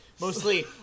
mostly